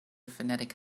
phonetic